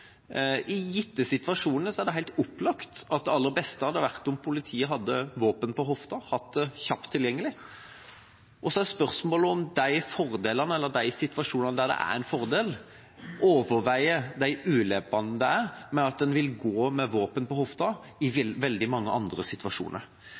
I gitte situasjoner er det helt opplagt at det aller beste hadde vært om politiet hadde våpen på hofta – hatt det kjapt tilgjengelig. Så er spørsmålet om de fordelene eller de situasjonene der det er en fordel, er mer tungtveiende enn de ulempene det er med å gå med våpen på hofta i veldig mange andre situasjoner.